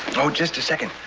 oh, just a second.